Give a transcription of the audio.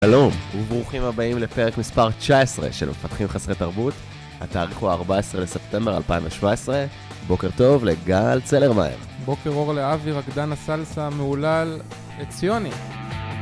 שלום, וברוכים הבאים לפרק מספר 19 של מפתחים חסרי תרבות, התאריך הוא ה-14 לספטמבר 2017. בוקר טוב לגל צלרמייר. בוקר אור לאבי, רקדן הסלסה המהולל, עציוני.